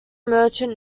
merchant